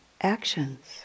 actions